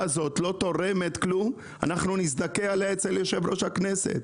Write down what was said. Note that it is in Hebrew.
הזאת לא תורמת כלום אנחנו נזדכה עליה אצל יושב ראש הכנסת,